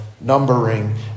numbering